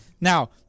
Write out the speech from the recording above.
Now